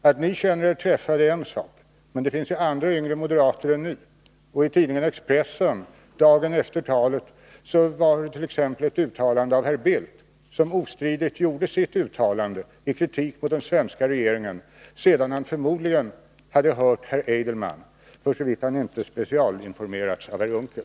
Att ni känner er träffade är en sak, men det finns ju andra yngre moderater än ni. I tidningen Expressen dagen efter talet fanns t.ex. ett uttalande av herr Bildt som ostridigt gjorde sitt uttalande i kritik mot den svenska regeringen sedan han förmodligen hade hört herr Adelman, såvitt han inte specialinformerats av herr Unckel.